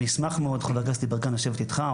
אני אשמח מאוד חבר הכנסת גדי יברקן לשבת איתך,